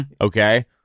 Okay